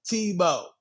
Tebow